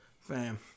Fam